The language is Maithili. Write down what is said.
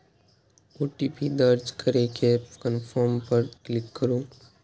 ओ.टी.पी दर्ज करै के कंफर्म पर क्लिक करू